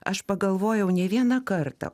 aš pagalvojau ne vieną kartą